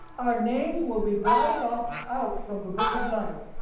our names will be blotted off out from the book of life,